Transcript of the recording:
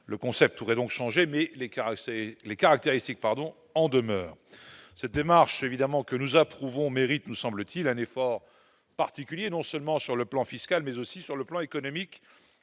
le concept pourrait donc changer mais les caresser les caractéristiques pardon en demeure cette démarche évidemment que nous approuvons mérite, nous semble-t-il, un effort particulier, non seulement sur le plan fiscal, mais aussi sur le plan économique